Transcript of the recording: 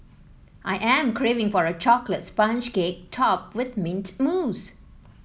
I am craving for a chocolates sponge cake topped with mint mousse